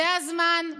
זה הזמן,